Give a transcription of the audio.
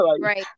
right